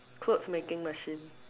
clothes making machine